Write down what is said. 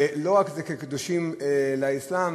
ולא רק קדושים לאסלאם,